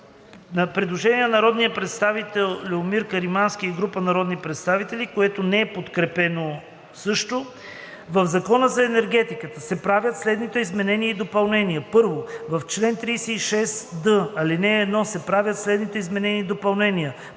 Предложение на народния представител Любомир Каримански и група народни представители, което не е подкрепено също. „§... В Закона за енергетиката (обн., ДВ, бр.…) се правят следните изменения и допълнения: 1. В чл. 36д, ал. 1 се правят следните изменения и допълнения: